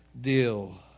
deal